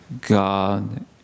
God